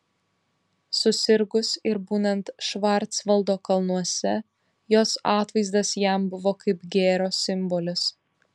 susirgus ir būnant švarcvaldo kalnuose jos atvaizdas jam buvo kaip gėrio simbolis